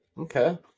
Okay